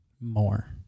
more